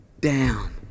down